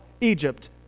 Egypt